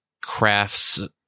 crafts